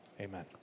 amen